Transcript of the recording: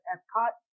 Epcot